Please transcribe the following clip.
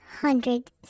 Hundred